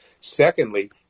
Secondly